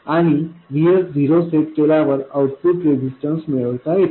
आणि Vs zero set केल्यावर output resistance मिळवता येते